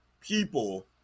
people